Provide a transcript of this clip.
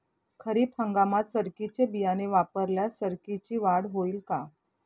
खरीप हंगामात सरकीचे बियाणे वापरल्यास सरकीची वाढ होईल का?